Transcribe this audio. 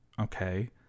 okay